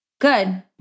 Good